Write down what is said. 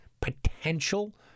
potential